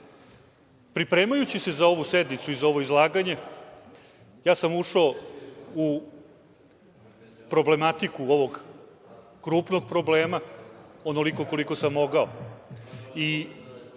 dogodi. Pripremajući se za ovu sednicu i za ovo izlaganje ja sam ušao u problematiku ovog krupnog problema, onoliko koliko sam mogao. Ono